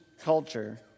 culture